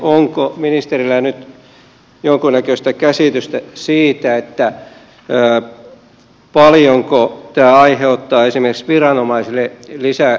onko ministerillä nyt jonkun näköistä käsitystä siitä paljonko tämä aiheuttaa esimerkiksi viranomaisille lisäkustannuksia